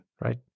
right